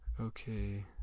Okay